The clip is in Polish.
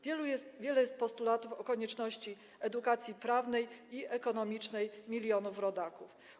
Wiele jest postulatów o konieczności edukacji prawnej i ekonomicznej milionów rodaków.